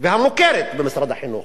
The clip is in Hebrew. והמוכרת במשרד החינוך?